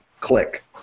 click